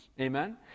Amen